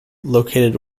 located